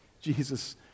Jesus